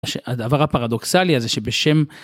הדבר הפרדוקסלי הזה שבשם.